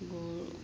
গৰু